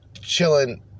chilling